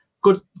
good